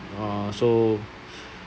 uh so